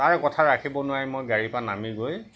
তাৰ কথা ৰাখিব নোৱাৰি মই গাড়ীৰ পৰা নামি গৈ